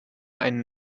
einen